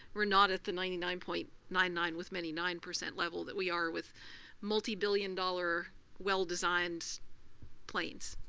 we're not at the ninety nine point nine nine with many nine percent level that we are with multi-billion dollar well-designed planes.